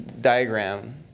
diagram